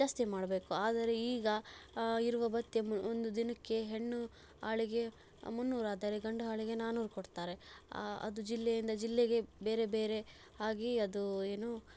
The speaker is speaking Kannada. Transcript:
ಜಾಸ್ತಿ ಮಾಡಬೇಕು ಆದರೆ ಈಗ ಇರುವ ಭತ್ಯೆ ಒಂದು ದಿನಕ್ಕೆ ಹೆಣ್ಣು ಆಳಿಗೆ ಮುನ್ನೂರಾದರೆ ಗಂಡು ಆಳಿಗೆ ನಾನ್ನೂರು ಕೊಡ್ತಾರೆ ಅದು ಜಿಲ್ಲೆಯಿಂದ ಜಿಲ್ಲೆಗೆ ಬೇರೆ ಬೇರೆ ಆಗಿ ಅದು ಏನು